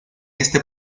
este